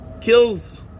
kills